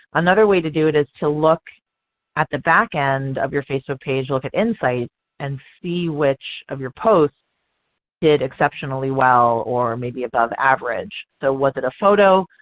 another way to do it is to look at the back end of your facebook page look at insights and see which of your posts did exceptionally well or maybe above average. so was it a photo?